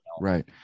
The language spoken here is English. Right